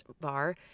bar